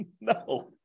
No